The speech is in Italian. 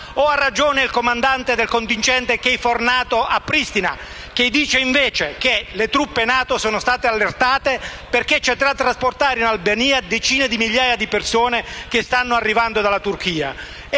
ha ragione il comandante del contingente KFOR NATO a Pristina, che dice invece che le truppe NATO sono state allertate perché occorre trasportare in Albania decine di migliaia di persone provenienti dalla Turchia?